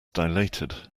dilated